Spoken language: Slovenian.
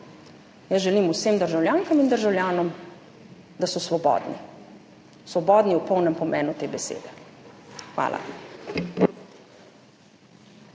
Jaz želim vsem državljankam in državljanom, da so svobodni. Svobodni v polnem pomenu te besede. Hvala.